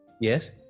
Yes